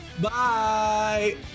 Bye